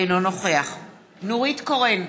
אינו נוכח נורית קורן,